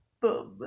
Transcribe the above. Bob